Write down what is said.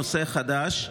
נושא חדש,